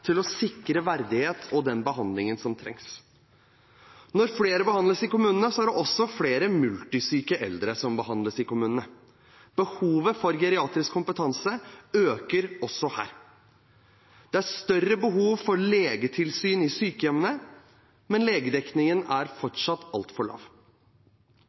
til å sikre verdighet og den behandlingen som trengs. Når flere behandles i kommunene, er det også flere multisyke eldre som behandles i kommunene. Behovet for geriatrisk kompetanse øker også her. Det er større behov for legetilsyn i sykehjemmene, men legedekningen er fortsatt altfor lav.